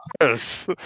yes